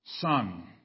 Son